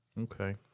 Okay